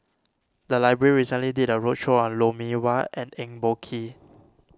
the library recently did a roadshow on Lou Mee Wah and Eng Boh Kee